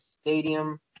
stadium